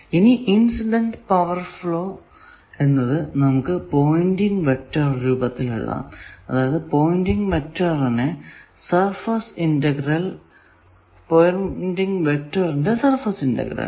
ഇനി incident power flow എന്നത് നമുക്ക് പോയിന്റിങ് വെക്റ്റർ രൂപത്തിൽ എഴുതാം അതായതു പോയിന്റിങ് വെക്റ്ററിന്റെ സർഫസ് ഇന്റഗ്രൽ